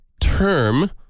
term